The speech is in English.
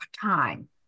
time